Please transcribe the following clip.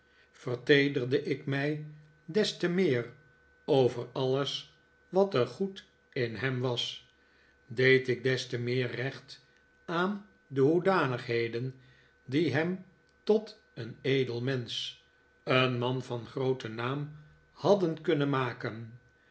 verteederde ik mij des te meer over alles wat er goeds in hem was deed ik des te meer recht aan de hoedanigheden die hem tot een edel mensch een man van grooten naam hadden kunnen maken